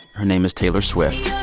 her name is taylor swift.